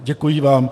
Děkuji vám.